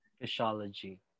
Physiology